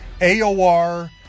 AOR